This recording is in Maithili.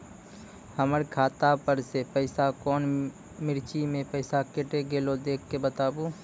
हमर खाता पर से पैसा कौन मिर्ची मे पैसा कैट गेलौ देख के बताबू?